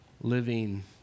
living